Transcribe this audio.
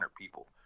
people